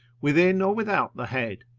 within or without the head,